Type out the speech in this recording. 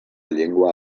llengua